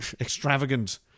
extravagant